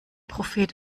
prophet